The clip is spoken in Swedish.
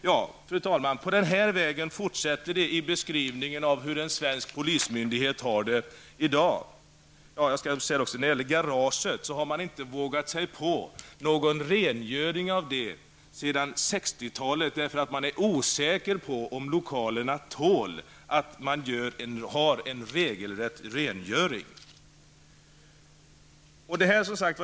Garaget har man inte vågat sig på att göra rent sedan 60-talet, därför att man är osäker på om lokalen tål en regelrätt rengöring. Fru talman! På den här vägen fortsätter det i beskrivningen av hur en svensk polismyndighet har det i dag.